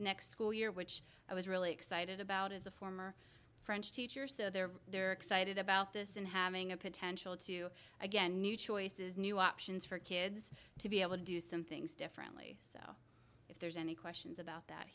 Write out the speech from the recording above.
next school year which i was really excited about as a former french teacher so they're they're excited about this and having a potential to again new choices new options for kids to be able to do some things differently if there's any questions about that